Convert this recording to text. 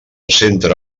centre